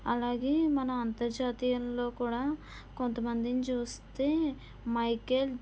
అలాగే మన అంతర్జాతీయంలో కూడా కొంతమందిని చూస్తే మైకేల్